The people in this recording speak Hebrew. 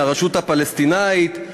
הרשות הפלסטינית,